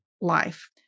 life